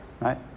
Right